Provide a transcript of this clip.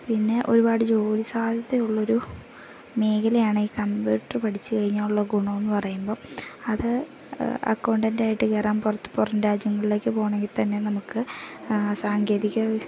പിന്നെ ഒരുപാട് ജോലി സാധ്യത ഉള്ള ഒരു മേഖലയാണ് ഈ കമ്പ്യൂട്ടർ പഠിച്ചു കഴിഞ്ഞാൽ ഉള്ള ഗുണമെന്നു പറയുമ്പം അത് അക്കൗണ്ടൻ്റ് ആയിട്ട് കയറാൻ പുറത്ത് പുറം രാജ്യങ്ങളിലേക്ക് പോകണമെങ്കിൽ തന്നെ നമുക്ക് സാങ്കേതിക